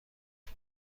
بود